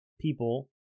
people